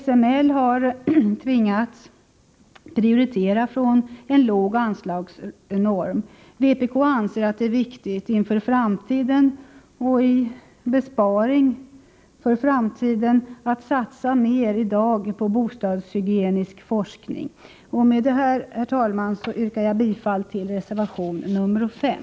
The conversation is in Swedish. SML har tvingats prioritera från en låg anslagsnorm. Vpk anser att det är viktigt inför framtiden — och en besparing inför framtiden — att man satsar mer än i dag på bostadshygienisk forskning. Med detta, herr talman, yrkar jag bifall till reservation nr 5.